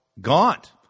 Gaunt